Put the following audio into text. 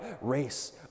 race